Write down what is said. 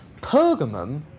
Pergamum